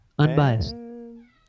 Unbiased